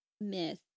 myth